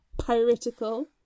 piratical